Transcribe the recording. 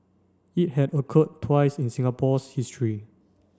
it had occurred twice in Singapore's history